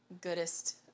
goodest